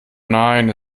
nein